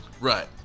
Right